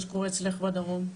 מה שקורה אצלך בדרום.